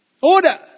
Order